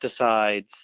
pesticides